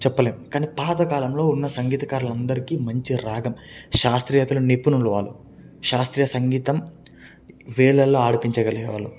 చెప్పలేం కాని పాతకాలంలో ఉన్న సంగీతకారులు అందరికీ మంచి రాగం శాస్త్రీయతలు నిపుణులు వాళ్ళు శాస్త్రీయ సంగీతం వేలలలో ఆడిపించగలగేవాళ్ళు